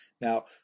Now